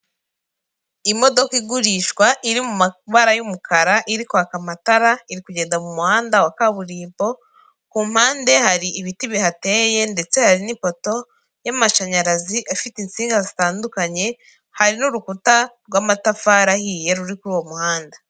Imodoka igurishwa iri mu mabara y'umukara iri kwaka amatara iri kugenda mu muhanda wa kaburimbo ku mpande hari ibiti bihateye ndetse hari n'ipoto y'amashanyarazi afite insinga zitandukanye hari n'urukuta rw'amatafari ahiye ruri kuri uwo muhanda.